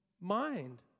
mind